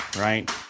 right